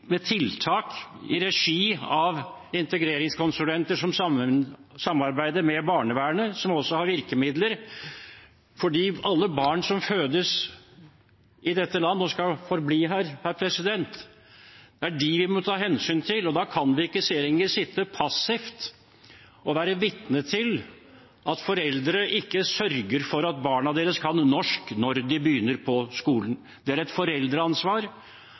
tiltak i regi av integreringskonsulenter som samarbeider med barnevernet, som også har virkemidler. Vi må ta hensyn til alle barn som fødes i dette landet og som skal bli her, og da kan man ikke sitte passivt og være vitne til at foreldre ikke sørger for at barna deres kan norsk når de begynner på skolen. Det er et foreldreansvar,